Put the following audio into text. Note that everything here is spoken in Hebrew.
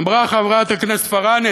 אמרה חברת הכנסת פארן,